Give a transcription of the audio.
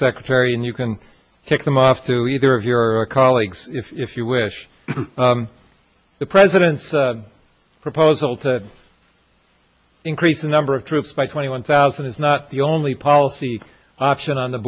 secretary and you can take them off to either of your colleagues if you wish the president's proposal to increase the number of troops by twenty one thousand is not the only policy option on the